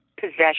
possession